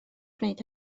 gwneud